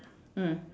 mm